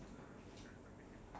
is she going this Saturday